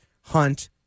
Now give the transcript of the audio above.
Hunt